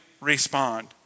respond